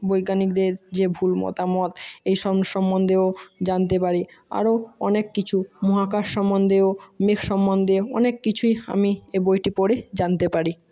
বৈজ্ঞানিকদের যে ভুল মতামত এই সম্বন্ধেও জানতে পারি আরও অনেক কিছু মহাকাশ সম্বন্ধেও মেঘ সম্বন্ধেও অনেক কিছুই আমি এ বইটি পড়ে জানতে পারি